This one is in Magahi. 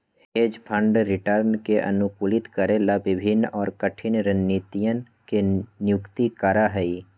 हेज फंड रिटर्न के अनुकूलित करे ला विभिन्न और कठिन रणनीतियन के नियुक्त करा हई